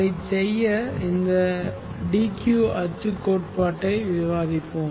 அதைச் செய்ய இந்த d q அச்சு கோட்பாட்டை விவாதிப்போம்